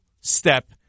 step